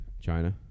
China